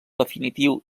definitiu